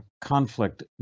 conflict